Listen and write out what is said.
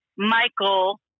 Michael